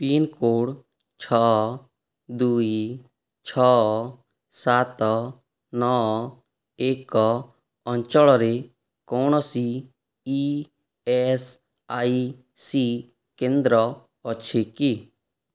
pincode ଛଅ ଦୁଇ ଛଅ ସାତ ନଅ ଏକ ଅଞ୍ଚଳରେ କୌଣସି ଇ ଏସ୍ ଆଇ ସି କେନ୍ଦ୍ର ଅଛି କି